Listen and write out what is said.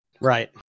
Right